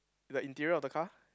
the interior of the car